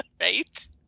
Right